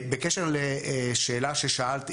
בקשר לשאלה ששאלת,